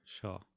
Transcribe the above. sure